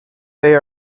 they